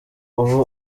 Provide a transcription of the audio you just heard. uba